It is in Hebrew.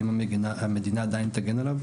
האם המדינה עדיין תגן עליו?